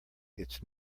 its